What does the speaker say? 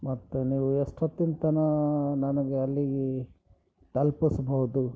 ಮತ್ತು ನೀವು ಎಷ್ಟೊತ್ತಿನ ತನಕ ನನಗೆ ಅಲ್ಲಿಗೆ ತಲುಪಿಸ್ಬೋದು